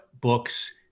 books